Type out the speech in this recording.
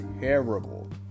terrible